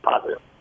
positive